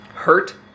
Hurt